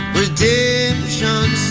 redemption